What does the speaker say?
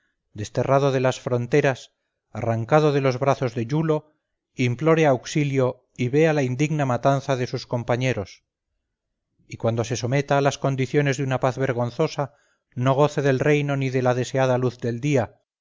desterrado de las fronteras arrancado de los brazos de iulo implore auxilio y vea la indigna matanza de sus compañeros y cuando se someta a las condiciones de una paz vergonzosa no goce del reino ni de la deseada luz del día